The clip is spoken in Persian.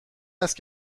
است